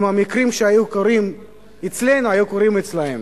המקרים שהיו קורים אצלנו היו קורים אצלה.